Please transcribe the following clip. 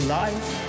life